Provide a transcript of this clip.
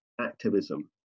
activism